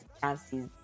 chances